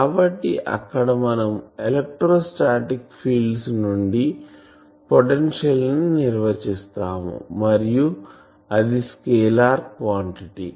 కాబట్టి అక్కడ మనం ఎలెక్ట్రోస్టాటిక్స్ ఫీల్డ్ నుండి పొటెన్షియల్ ని నిర్వచిస్తాము మరియు అది స్కేలార్ క్వాంటిటీ